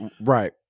Right